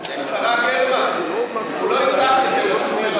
השרה גרמן, הוא לא יצעק יותר.